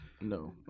no